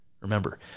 Remember